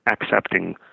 accepting